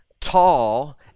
tall